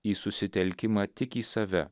į susitelkimą tik į save